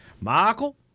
Michael